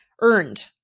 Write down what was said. Earned